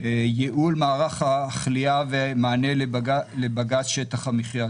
ייעול מערך הכליאה ומענה לבג"ץ שטח המחייה.